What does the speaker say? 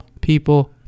people